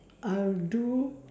I'll do